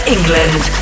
England